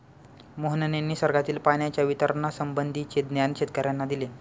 मोहनने निसर्गातील पाण्याच्या वितरणासंबंधीचे ज्ञान शेतकर्यांना दिले